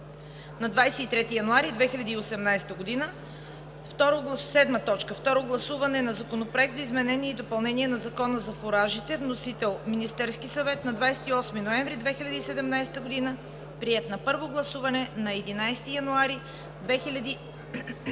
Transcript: на 23 януари 2018 г. 7. Второ гласуване на Законопроекта за изменение и допълнение на Закона за фуражите. Вносител е Министерският съвет на 28 ноември 2017 г. Приет на първо гласуване на 11 януари 2018 г.